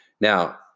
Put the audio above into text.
Now